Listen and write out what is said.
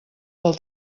pel